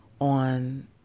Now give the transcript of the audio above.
on